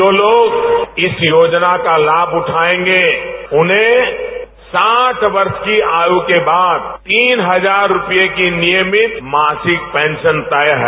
जो लोग इस योजना का लाभ उठाएंगे उनमें साठ वर्ष की आयु के बाद तीन हजार रूपए की नियमित मासिक पेंशन तय है